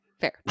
Fair